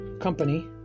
company